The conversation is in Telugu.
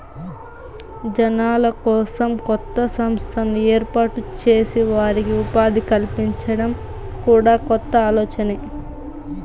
జనాల కోసం కొత్త సంస్థను ఏర్పాటు చేసి వారికి ఉపాధి కల్పించడం కూడా కొత్త ఆలోచనే